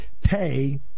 pay